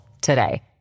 today